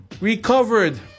recovered